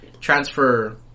transfer